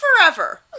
forever